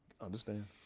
Understand